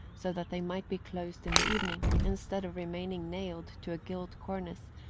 so that they might be closed in the evening, instead of remaining nailed to a gilt cornice,